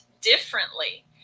differently